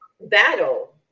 battle